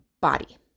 body